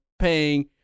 paying